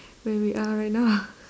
where we are right now